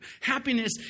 Happiness